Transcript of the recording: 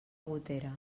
gotera